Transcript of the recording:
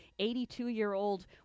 82-year-old